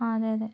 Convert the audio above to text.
ആ അതെ അതെ